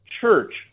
church